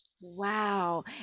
wow